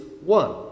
one